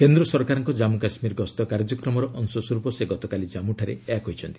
କେନ୍ଦ୍ର ସରକାରଙ୍କ ଜାନ୍ମୁ କାଶ୍ମୀର ଗସ୍ତ କାର୍ଯ୍ୟକ୍ରମର ଅଂଶସ୍ୱର୍ପ ସେ ଗତକାଲି କାମ୍ମୁଠାରେ ଏହା କହିଛନ୍ତି